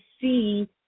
see